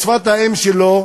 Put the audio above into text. בשפת האם שלו,